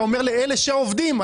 אתה אומר לאלה שעובדים,